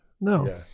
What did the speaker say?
no